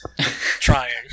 trying